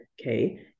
Okay